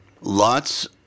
lots